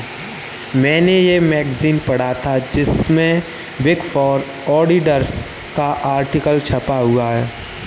मेने ये मैगज़ीन पढ़ा था जिसमे बिग फॉर ऑडिटर्स का आर्टिकल छपा था